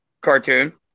cartoon